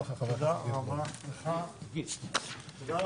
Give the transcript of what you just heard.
לאומי מופחתים לסטודנט במוסד להשכלה גבוהה מחוץ